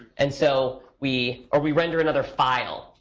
and so we or we render another file,